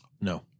No